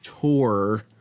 tour